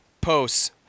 posts